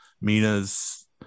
Mina's